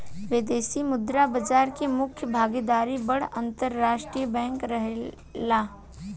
विदेशी मुद्रा बाजार में मुख्य भागीदार बड़ अंतरराष्ट्रीय बैंक रहेला